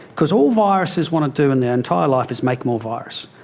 because all viruses want to do in their entire life is make more virus.